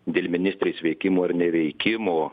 dėl ministrės veikimo ar neveikimo